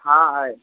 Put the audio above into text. हाँ है